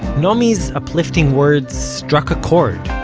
naomi's uplifting words struck a chord